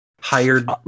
hired